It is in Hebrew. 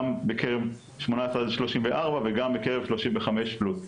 גם בקרב 18 עד 34 וגם בקרב 35 פלוס.